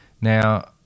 Now